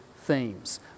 themes